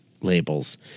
labels